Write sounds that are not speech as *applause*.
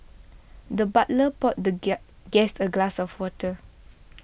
the butler poured the *unintelligible* guest a glass of water